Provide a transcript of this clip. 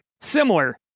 similar